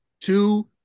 two